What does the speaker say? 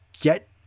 get